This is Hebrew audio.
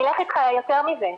אלך איתך יותר מזה.